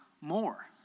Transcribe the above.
more